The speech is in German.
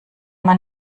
man